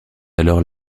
alors